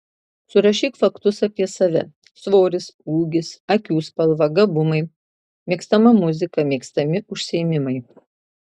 surašyk faktus apie save svoris ūgis akių spalva gabumai mėgstama muzika mėgstami užsiėmimai